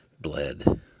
bled